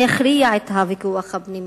מה יכריע את הוויכוח הפנימי?